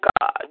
God